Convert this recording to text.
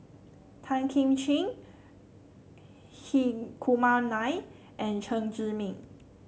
Tan Kim Ching Hri Kumar Nair and Chen Zhiming